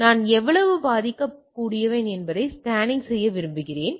எனவே நான் எவ்வளவு பாதிக்கப்படக்கூடியவன் என்பதை ஸ்கேன் செய்ய விரும்புகிறேன்